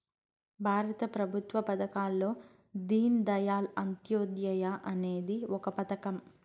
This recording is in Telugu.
భారత ప్రభుత్వ పథకాల్లో దీన్ దయాళ్ అంత్యోదయ అనేది ఒక పథకం